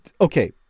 Okay